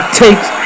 takes